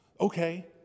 Okay